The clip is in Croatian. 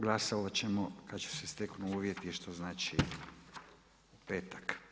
Glasovati ćemo se kada se steknu uvjeti, što znači u petak.